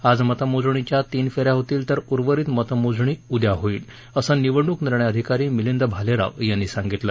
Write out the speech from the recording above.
आज मतमोजणीच्या तीन फेन्या होतील तर उर्वरित मतमोजणी उद्या होईल असं निवडणूक निर्णय अधिकारी मिलिंद भालेराव यांनी सांगितलं